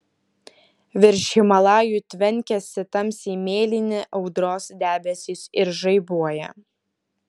virš himalajų tvenkiasi tamsiai mėlyni audros debesys ir žaibuoja